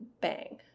bang